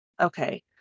Okay